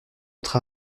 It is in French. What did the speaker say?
autre